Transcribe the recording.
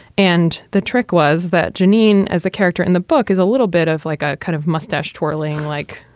and the trick was that janine, as a character in the book, is a little bit of like a kind of mustache twirling, like,